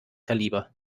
kaliber